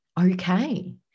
okay